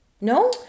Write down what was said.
No